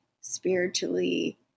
spiritually